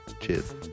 Cheers